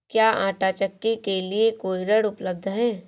क्या आंटा चक्की के लिए कोई ऋण उपलब्ध है?